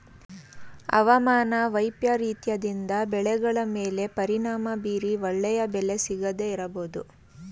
ಅವಮಾನ ವೈಪರೀತ್ಯದಿಂದ ಬೆಳೆಗಳ ಮೇಲೆ ಪರಿಣಾಮ ಬೀರಿ ಒಳ್ಳೆಯ ಬೆಲೆ ಸಿಗದೇ ಇರಬೋದು